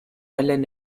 ellen